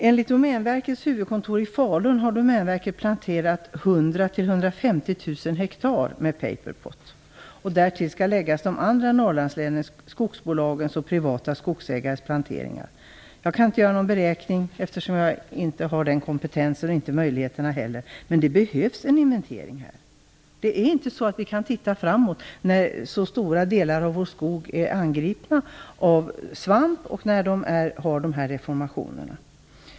Enligt Assidomäns huvudkontor i Falun har Assidomän planterat 100 000-150 000 hektar med paperpot, och därtill skall läggas de andra Norrlandslänens, skogsbolagens och privata skogsägares planteringar. Jag kan inte göra någon beräkning, eftersom jag inte har den kompetensen och inte möjligheterna heller, men det behövs en inventering. Det är inte så att vi kan titta framåt när så stora delar av vår skog är angripna av svamp och har dessa deformationer.